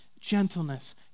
gentleness